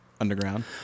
Underground